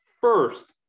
first